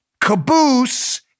Caboose